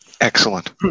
Excellent